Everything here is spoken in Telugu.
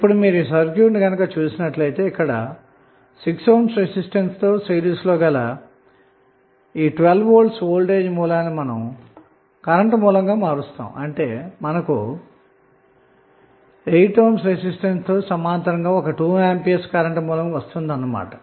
ఇప్పుడు మళ్ళీ మీరు సర్క్యూట్ ను గమనిస్తే ఇక్కడ 6 ohm రెసిస్టెన్స్ తో సిరీస్ లో గల 12V వోల్టేజ్ సోర్స్ ని మనం సోర్స్ ట్రాన్స్ఫర్మేషన్ భావనను ఉపయోగించి 6 ohm రెసిస్టెన్స్ తో సమాంతరంగా ఒక 2 A కరెంట్ సోర్స్ లభిస్తుంది అన్న మాట